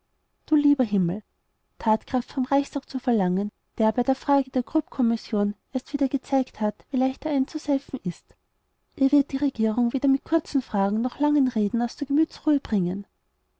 du lieber himmel tatkraft vom reichstag zu verlangen der bei der frage der kruppkommission erst wieder gezeigt hat wie leicht er einzuseifen ist er wird die regierung weder mit kurzen anfragen noch mit langen reden aus der gemütsruhe bringen